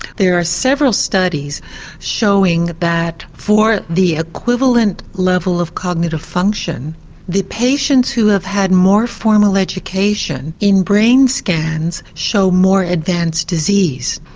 there are several studies showing that for the equivalent level of cognitive function the patients who have had more formal education in brain scans show more advanced disease.